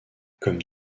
comme